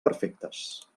perfectes